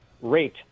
rate